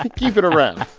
keep it around